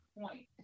point